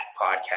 podcast